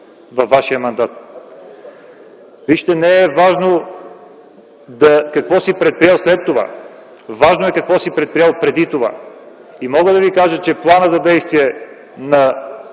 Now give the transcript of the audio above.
на вашия мандат. Вижте, не е важно какво си предприел след това, важното е какво си предприел преди това! Мога да ви кажа, че планът за действие на